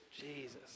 Jesus